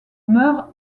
meurt